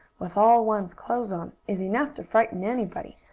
with all one's clothes on, is enough to frighten anybody,